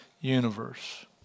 universe